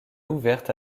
ouvertes